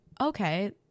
okay